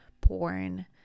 porn